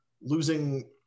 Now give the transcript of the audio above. losing